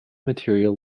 material